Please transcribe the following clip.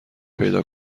پیدا